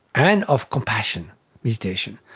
and of compassion meditation.